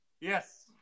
Yes